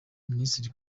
minisitiri